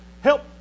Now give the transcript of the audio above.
help